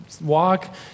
walk